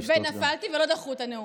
ונפלתי ולא דחו את הנאום,